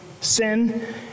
sin